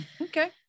Okay